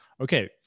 okay